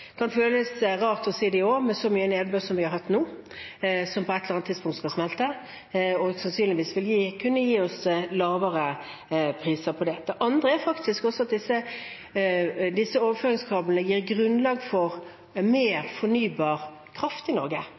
kan føles rart å si det i år med så mye nedbør som vi har hatt nå, som på ett eller annet tidspunkt skal smelte, og sannsynligvis vil kunne gi oss lavere priser. Det andre er at disse overføringskablene gir grunnlag for mer fornybar kraft i Norge,